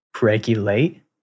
regulate